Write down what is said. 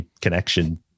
connection